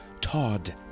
Todd